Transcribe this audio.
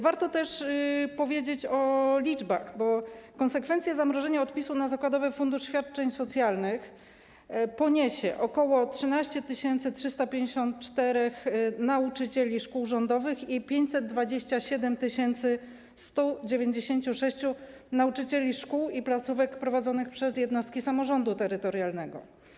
Warto też powiedzieć o liczbach, bo konsekwencje zamrożenia odpisu na zakładowy fundusz świadczeń socjalnych poniesie ok. 13 354 nauczycieli szkół rządowych i 527 196 nauczycieli szkół i placówek prowadzonych przez jednostki samorządu terytorialnego.